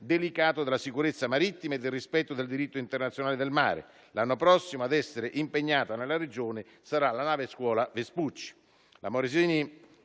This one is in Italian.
delicato della sicurezza marittima e del rispetto del diritto internazionale del mare. L'anno prossimo a essere impegnata nella regione sarà la nave scuola Vespucci.